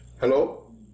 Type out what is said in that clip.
hello